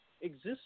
exists